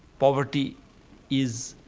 poverty is,